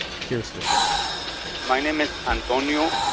here's the show my name is antonio.